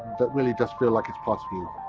that really does feel like it's part of you.